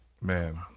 Man